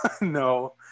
no